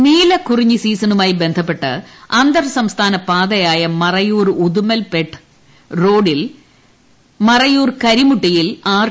checkpost നീലക്കുറിഞ്ഞി സീസണുമായി ബന്ധപ്പെട്ട് അന്തർ സംസ്ഥാന പാതയായ മറയൂർ ഉദുമൽപേട്ട റോഡിൽ മറയൂർ കരിമുട്ടിയിൽ ആർ